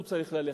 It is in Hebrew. הוא צריך ללכת.